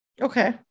okay